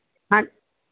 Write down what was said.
ਹਾਂ